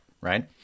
right